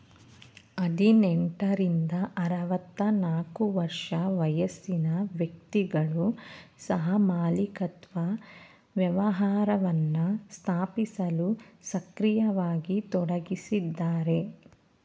ಹದಿನೆಂಟ ರಿಂದ ಆರವತ್ತನಾಲ್ಕು ವರ್ಷ ವಯಸ್ಸಿನ ವ್ಯಕ್ತಿಗಳು ಸಹಮಾಲಿಕತ್ವ ವ್ಯವಹಾರವನ್ನ ಸ್ಥಾಪಿಸಲು ಸಕ್ರಿಯವಾಗಿ ತೊಡಗಿಸಿದ್ದಾರೆ